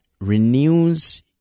renews